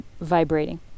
vibrating